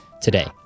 today